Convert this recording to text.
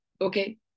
okay